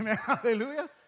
Hallelujah